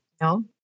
No